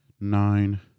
Nine